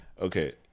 Okay